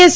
S